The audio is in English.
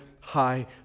high